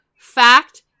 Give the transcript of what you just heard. fact